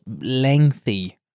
lengthy